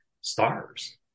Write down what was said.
stars